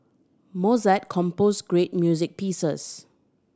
Mozart composed great music pieces